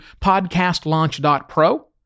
podcastlaunch.pro